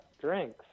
drinks